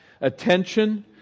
attention